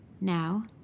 Now